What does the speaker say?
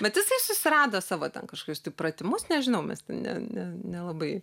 bet jisai susirado savo ten kažkokius tai pratimus nežinau mes ten ne ne nelabai